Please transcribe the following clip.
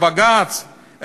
הבג"ץ?